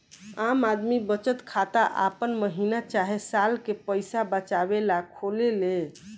आम आदमी बचत खाता आपन महीना चाहे साल के पईसा बचावे ला खोलेले